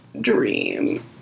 dream